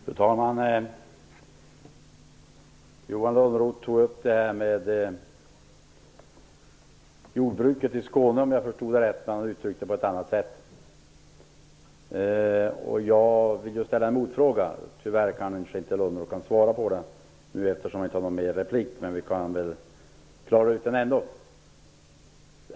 Fru talman! Johan Lönnroth tog upp detta med jordbruket i Skåne, om jag förstod det rätt, men han uttryckte det på ett annat sätt. Då vill jag ställa en motfråga. Tyvärr kan inte Johan Lönnroth svara på den eftersom han inte har någon mer replik, men vi kan kanske klara ut den ändå.